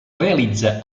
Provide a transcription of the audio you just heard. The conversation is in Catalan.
realitza